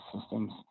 systems